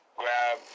grab